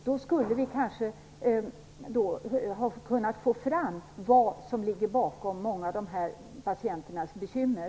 Då skulle vi kanske ha kunnat få fram vad som ligger bakom många av de här patienternas bekymmer.